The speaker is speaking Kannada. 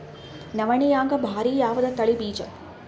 ನವಣಿಯಾಗ ಭಾರಿ ಯಾವದ ತಳಿ ಬೀಜ?